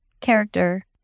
character